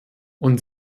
und